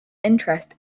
interest